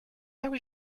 have